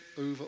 over